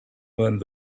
went